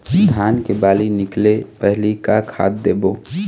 धान के बाली निकले पहली का खाद देबो?